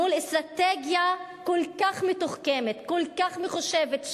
מול אסטרטגיה כל כך מתוחכמת, כל כך מחושבת,